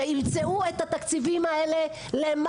שימצאו את התקציבים האלה,